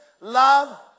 love